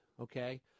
okay